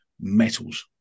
metals